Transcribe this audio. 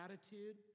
attitude